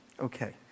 Okay